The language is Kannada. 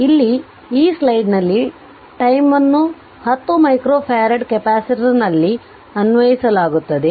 ಇಲ್ಲಿ ಈ ಸ್ಲೈಡ್ನಲ್ಲಿ ಟೈಮ್ ಅನ್ನು 10 ಮೈಕ್ರೋಫರಾಡ್ ಕೆಪಾಸಿಟರ್ನಲ್ಲಿ ಅನ್ವಯಿಸಲಾಗುತ್ತದೆ